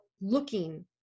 looking